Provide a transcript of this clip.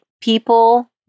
people